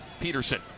Peterson